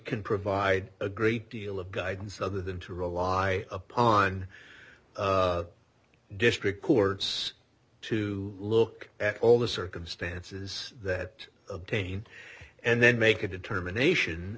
could provide a great deal of guidance other than to rely upon district courts to look at all the circumstances does that obtain and then make a determination